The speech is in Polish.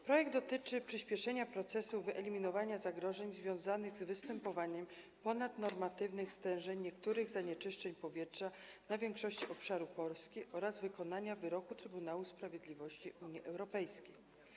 Projekt dotyczy przyspieszenia procesu eliminowania zagrożeń związanych z występowaniem ponadnormatywnych stężeń niektórych zanieczyszczeń powietrza na większości obszarów Polski oraz wykonania wyroku Trybunału Sprawiedliwości Unii Europejskiej.